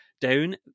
down